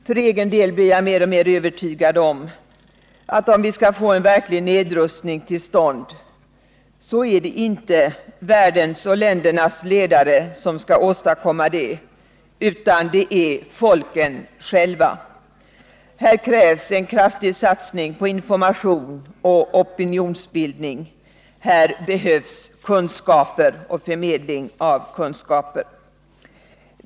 För egen del blir jag mer och mer övertygad om att om vi skall få en verklig nedrustning till stånd, är det inte världens och ländernas ledare som skall åstadkomma det utan det är folken själva. Här krävs en kraftig satsning på information och opinionsbildning, och här behövs kunskaper och förmedling av kunskaper.